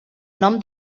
nom